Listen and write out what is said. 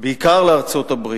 בעיקר לארצות-הברית,